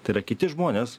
tai yra kiti žmonės